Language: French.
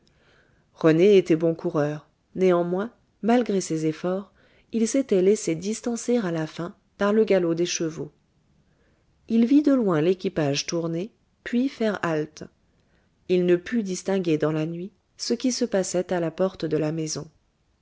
rené était bon coureur néanmoins malgré ses efforts il s'était laissé distancer à la fin par le galop des chevaux il vit de loin l'équipage tourner puis faire halte il ne put distinguer dans la nuit ce qui se passait à la porte de la maison